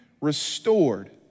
restored